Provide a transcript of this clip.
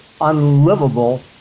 unlivable